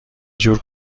جور